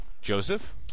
Joseph